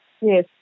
yes